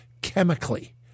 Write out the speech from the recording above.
chemically